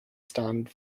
stand